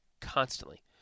constantly